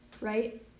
right